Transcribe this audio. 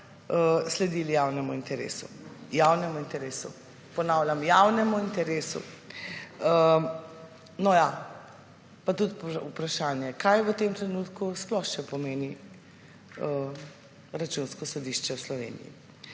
sledili javnemu interesu. Ponavljam: javnemu interesu. No, ja, pa tudi vprašanje, kaj v tem trenutku sploh še pomeni Računsko sodišče v Sloveniji.